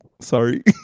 sorry